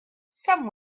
some